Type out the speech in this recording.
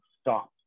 stop